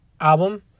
album